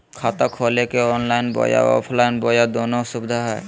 खाता खोले के ऑनलाइन बोया ऑफलाइन बोया दोनो सुविधा है?